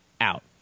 out